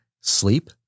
sleep